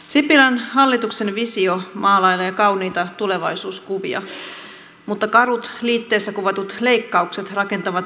sipilän hallituksen visio maalailee kauniita tulevaisuuskuvia mutta karut liitteessä kuvatut leikkaukset rakentavat syrjivää suomea